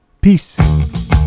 Peace